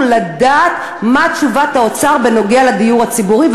לדעת מה תשובת האוצר בנוגע לדיור הציבורי,